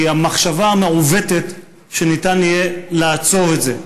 היא המחשבה המעוותת שניתן יהיה לעצור את זה.